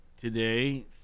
today